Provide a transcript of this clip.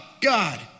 God